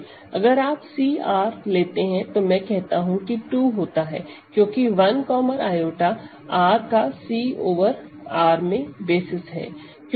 अगर आप C R लेते हैं तो मैं कहता हूं कि 2 होता है क्योंकि 1 i R का C ओवर R बेसिस है